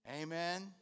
Amen